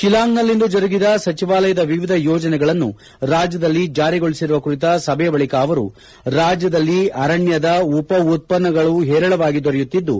ಶಿಲ್ಲಾಂಗ್ ನಲ್ಲಿಂದು ಜರುಗಿದ ಸಚಿವಾಲಯದ ವಿವಿಧ ಯೋಜನೆಗಳನ್ನು ರಾಜ್ಯದಲ್ಲಿ ಜಾರಿಗೊಳಿಸಿರುವ ಕುರಿತ ಸಭೆಯ ಬಳಿಕ ಅವರು ರಾಜ್ಜದಲ್ಲಿ ಅರಣ್ಣದ ಉತ್ಪನ್ನಗಳು ಹೇರಳವಾಗಿ ದೊರೆಯುತ್ತಿದ್ದು